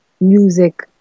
music